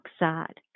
oxide